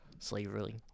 slavery